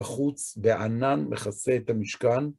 בחוץ בענן מכסה את המשכן.